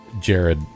jared